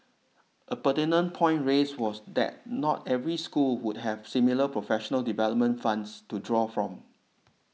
a pertinent point raised was that not every school would have similar professional development fund to draw from